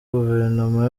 guverinoma